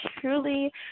truly